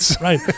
Right